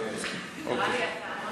אוקיי.